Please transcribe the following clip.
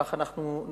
כך אנחנו נוהגים,